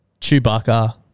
Chewbacca